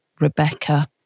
Rebecca